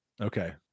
Okay